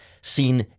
seen